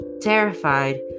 Terrified